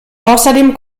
außerdem